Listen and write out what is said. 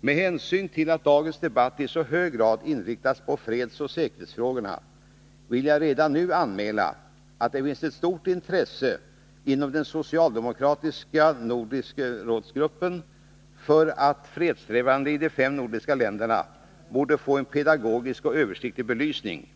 Med hänsyn till att dagens debatt i så hög grad inriktas på fredsoch säkerhetsfrågorna vill jag redan nu anmäla att det finns ett stort intresse hos den socialdemokratiska gruppen inom Nordiska rådet att fredssträvandena i de fem nordiska länderna borde få en pedagogisk och översiktlig belysning.